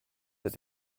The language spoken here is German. der